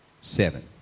seven